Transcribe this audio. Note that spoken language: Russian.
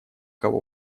кого